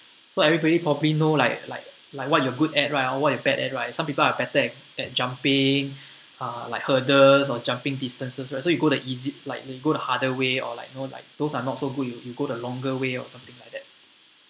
so everybody probably know like like like what you're good at or what you bad at right some people are better at at jumping uh like hurdles or jumping distances right so you go the eas~ like you go the harder way or like you know like those are not so good you you go the longer way or something like that